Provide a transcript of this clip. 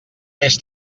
més